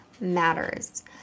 matters